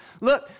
Look